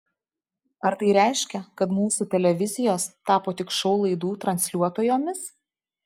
ar tai reiškia kad mūsų televizijos tapo tik šou laidų transliuotojomis